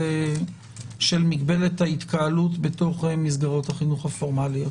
של מגבלת ההתקהלות בתוך מסגרות החינוך הפורמלי.